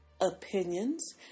opinions